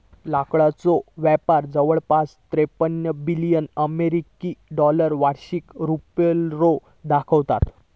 लाकडाचो व्यापार जवळपास त्रेपन्न बिलियन अमेरिकी डॉलर वार्षिक पेरोल दाखवता